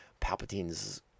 Palpatine's